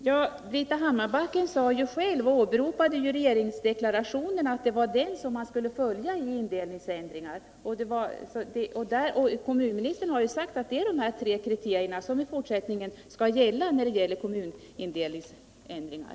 Herr talman! Britta Hammarbacken åberopade regeringsdeklarationen och sade att det var den man skulle följa i indelningsändringar. Kommunministern har ju sagt att det är de tre kriterierna som i fortsättning skall gälla när det är fråga om kommunindelningsändringar.